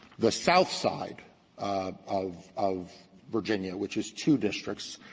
the south side of of virginia, which is two districts,